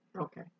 Okay